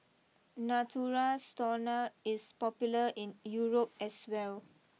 Natura Stoma is popular in Europe as well